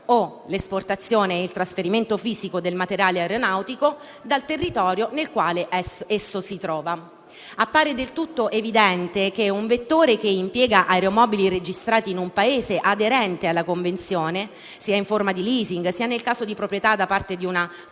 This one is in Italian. o l'esportazione e il trasferimento fisico del materiale aeronautico dal territorio nel quale esso si trova. Appare del tutto evidente che un vettore che impiega aeromobili registrati in un Paese aderente alla Convenzione, sia in forma di *leasing* sia nel caso di proprietà da parte di una propria